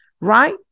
right